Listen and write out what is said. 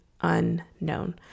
unknown